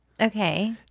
Okay